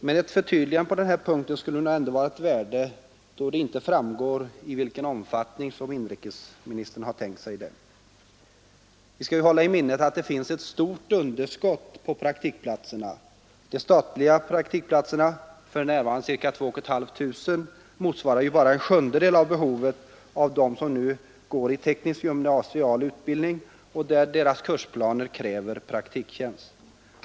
Men ett förtydligande på den här punkten ändå skulle vara av värde, då det inte framgår i vilken omfattning inrikesministern har tänkt sig detta. Vi skall hålla i minnet att det finns ett stort underskott på praktikplatser. De statliga praktikplatserna — för närvarande ca 2 500 — motsvarar bara en sjundedel av behovet hos dem som nu går i teknisk gymnasial utbildning, vars kursplaner kräver praktiktjänst.